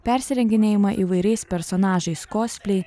persirenginėjimą įvairiais personažais kosplei